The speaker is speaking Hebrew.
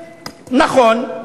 נכון,